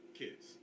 kids